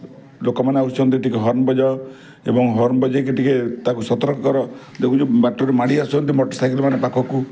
ଲୋକମାନେ ଆସୁଛନ୍ତି ଟିକେ ହର୍ଣ୍ଣ ବଜାଅ ଏବଂ ହର୍ଣ୍ଣ ବଜାଇକି ଟିକେ ତାକୁ ସତର୍କ କର ଦେଖୁଛ ବାଟରେ ମାଡ଼ି ଆସୁଛନ୍ତି ମୋଟର ସାଇକେଲ୍ମାନେ ପାଖକୁ